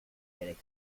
get